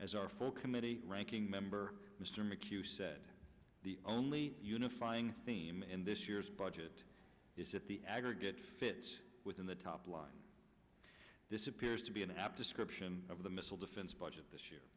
as our full committee ranking member mr mchugh said the only unifying theme in this year's budget is that the aggregate fit within the top line this appears to be an apt description of the missile defense budget this year